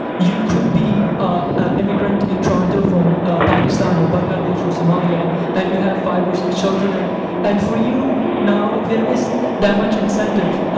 you could be an ah immigrant in toronto from pakistan or bangladesh or somalia and you have five or six children, and and for you, now, there isn't that much incentive.